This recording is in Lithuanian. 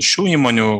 šių įmonių